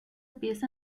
pieza